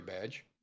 badge